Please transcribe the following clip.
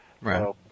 Right